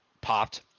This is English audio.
popped